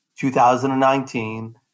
2019